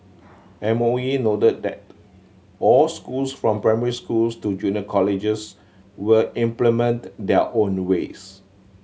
M O E noted that all schools from primary schools to junior colleges will implement their own ways